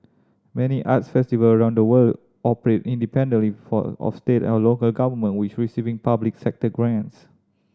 many arts festival around the world operate independently for or state and local government which receiving public sector grants